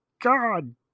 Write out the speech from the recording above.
god